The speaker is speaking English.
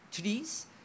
trees